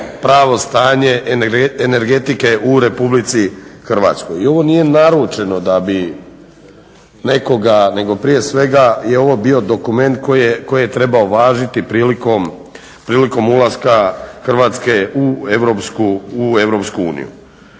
pravo stanje energetike u RH. I ovo nije naručeno da bi nekoga nego prije svega je ovo bio dokument koji je trebao važiti prilikom ulaska Hrvatske u EU. Bitno